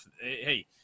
hey